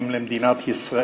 והסכנות לביטחונה של ישראל